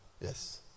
yes